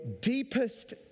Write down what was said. deepest